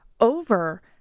over